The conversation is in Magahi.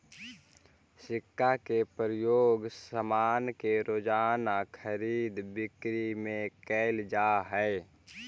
सिक्का के प्रयोग सामान के रोज़ाना खरीद बिक्री में कैल जा हई